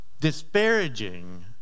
disparaging